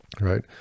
Right